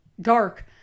dark